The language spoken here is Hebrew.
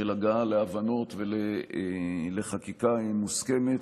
של הגעה להבנות ולחקיקה מוסכמת,